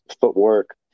footwork